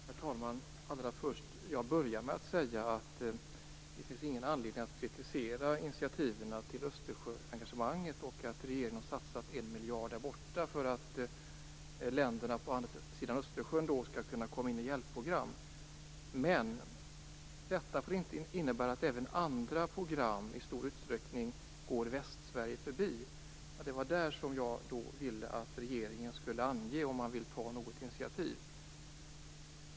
Herr talman! Jag började med att säga att det inte finns någon anledning att kritisera initiativen till Östersjöengagemanget och att regeringen har satsat en miljard där borta för att länderna på andra sidan Östersjön skall kunna komma in i hjälpprogram. Men detta får inte innebära att även andra program i stor utsträckning går Västsverige förbi. Det var därför som jag ville att regeringen skulle ange om man vill ta något initiativ.